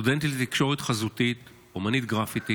סטודנטית לתקשורת חזותית, אומנית גרפיטי